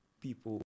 people